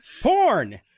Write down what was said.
Porn